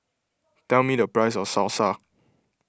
tell me the price of Salsa